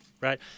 right